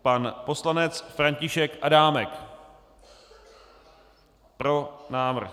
Pan poslanec František Adámek: Pro návrh.